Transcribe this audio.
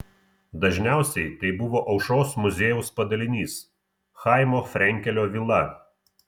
dažniausiai tai buvo aušros muziejaus padalinys chaimo frenkelio vila